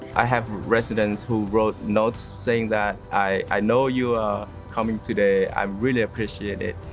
i have residents who wrote notes saying that i know you are coming today, i really appreciate it.